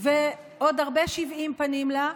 ועוד הרבה שבעים פנים לה.